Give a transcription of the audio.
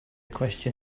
question